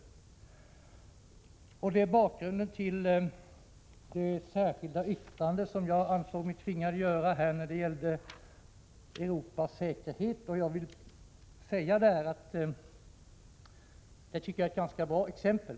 Detta är bakgrunden till det särskilda yttrande som jag ansåg mig tvungen att avge beträffande avsnittet om Europas säkerhet. Detta tycker jag är ett ganska bra exempel.